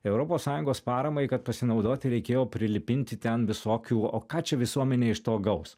europos sąjungos paramai kad pasinaudoti reikėjo prilipinti ten visokių o ką čia visuomenė iš to gaus